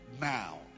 now